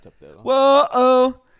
whoa